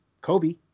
kobe